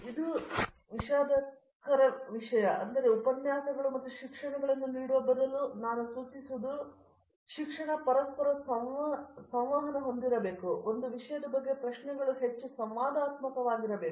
ಇದು ಬಹಳ ದೊಡ್ಡದಾದ ಮತದಾನವಾಗಿದೆ ಆದ್ದರಿಂದ ಉಪನ್ಯಾಸಗಳು ಮತ್ತು ಶಿಕ್ಷಣಗಳನ್ನು ನೀಡುವ ಬದಲು ನಾನು ಸೂಚಿಸುವದು ಶಿಕ್ಷಣ ಪರಸ್ಪರ ಇರಬೇಕು ಒಂದು ವಿಷಯದ ಬಗ್ಗೆ ಪ್ರಶ್ನೆಗಳು ಹೆಚ್ಚು ಸಂವಾದಾತ್ಮಕವಾಗಿರಬೇಕು